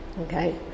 okay